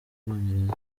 bwongereza